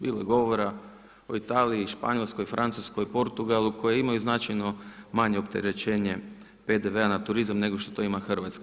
Bilo je govora o Italiji, Španjolskoj, Francuskoj, Portugalu koje imaju značajno manje opterećenje PDV-a na turizam nego što to ima Hrvatska.